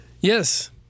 Yes